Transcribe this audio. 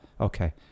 okay